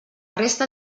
resta